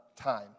time